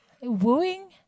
wooing